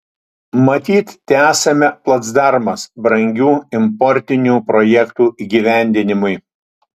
matyt tesame placdarmas brangių importinių projektų įgyvendinimui